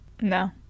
No